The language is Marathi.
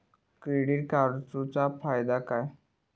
क्रेडिट कार्डाचो फायदो काय?